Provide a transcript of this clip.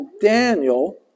Daniel